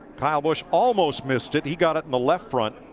kyle busch almost missed it. he got it in the left front.